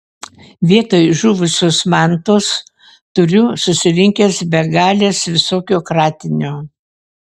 vietoj žuvusios mantos turiu susirinkęs begales visokio kratinio